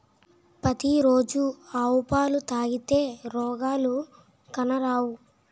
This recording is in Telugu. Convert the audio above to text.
పతి రోజు ఆవు పాలు తాగితే రోగాలు కానరావు